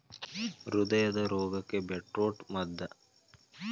ಹೃದಯದ ರೋಗಕ್ಕ ಬೇಟ್ರೂಟ ಮದ್ದ